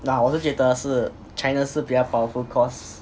nah 我是觉得是 china 是比较 powerful cause